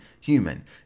human